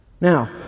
Now